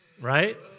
right